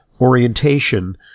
orientation